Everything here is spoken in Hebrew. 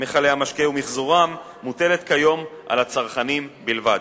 מכלי המשקה ומיחזורם מוטלת כיום על הצרכנים בלבד.